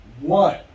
one